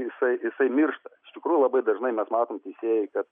jisai jisai miršta iš tikrųjų labai dažnai mes matom teisėjai kad